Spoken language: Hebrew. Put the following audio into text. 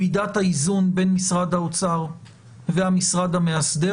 מידת האיזון בין משרד האוצר והמשרד המאסדר.